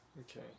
Okay